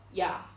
ya